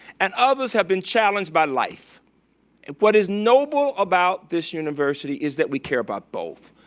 and others have been challenged by life, and what is noble about this university is that we care about both.